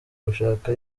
gushaka